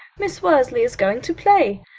miss worsley is going to play.